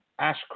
Ash